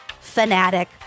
fanatic